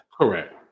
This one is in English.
Correct